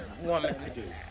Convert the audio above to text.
woman